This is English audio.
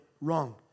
wrong